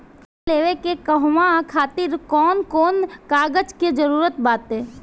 ऋण लेने के कहवा खातिर कौन कोन कागज के जररूत बाटे?